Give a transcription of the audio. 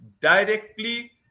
directly